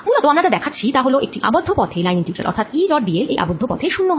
মূলত আমরা যা দেখাচ্ছি তা হল একটি আবদ্ধ পথে লাইন ইন্টিগ্রাল অর্থাৎ EdL এই আবদ্ধ পথে শূন্য হয়